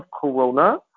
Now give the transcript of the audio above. Corona